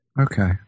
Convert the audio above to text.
Okay